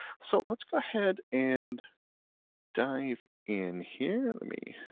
so let's go ahead and dive in here. let me